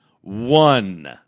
one